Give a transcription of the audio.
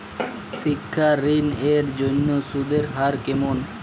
শিক্ষা ঋণ এর জন্য সুদের হার কেমন?